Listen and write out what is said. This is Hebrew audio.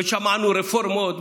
ושמענו על רפורמות,